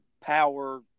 power